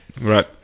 right